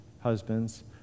husbands